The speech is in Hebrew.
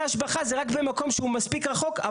השבחה זה רק במקום שהוא מספיק רחוק,